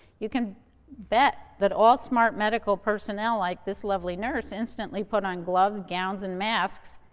you can bet that all smart medical personnel, like this lovely nurse, instantly put on gloves, gowns and masks,